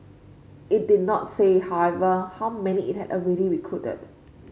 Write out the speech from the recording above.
it did not say however how many it had already recruited